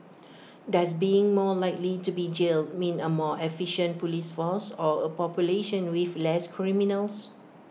does being more likely to be jailed mean A more efficient Police force or A population with less criminals